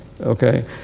Okay